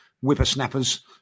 whippersnappers